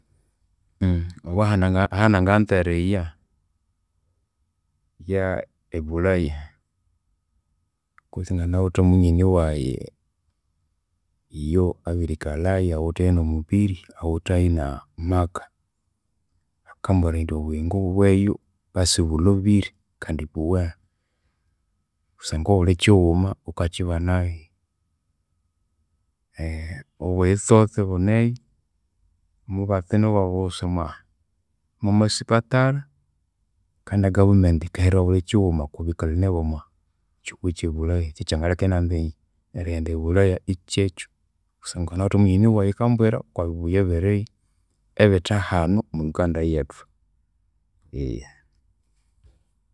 Obo ahananganza eriya, ye- ebulaya because nganawithe munyoni wayi, iyo abirikalhayu awitheyu nomubiri, awitheyu namaka. Akambwira indi obuyingo bweyu, basi bulhobire kandi buwene kusangwa obuli kyighuma ghukakyibana. Obuyitsotse buneyu, omubatsi niwabusa omwamasipatara kandi ne governement yikahiraghu obulikyighuma okwabikalhani abomwakyihugho ekyebulaya. Kyekyangaleka inanza erighenda ebulaya ikyekyu kusangwa nganawithe munyoni wayi eyikambwira okwabibuya ebiriyo ebithe hanu omwa Uganda yethu.